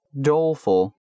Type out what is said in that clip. doleful